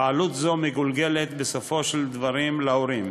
ועלות זו מגולגלת בסופו של דבר על ההורים.